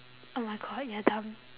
oh my god you're dumb